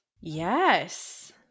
Yes